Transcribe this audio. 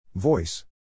Voice